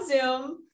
zoom